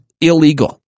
illegal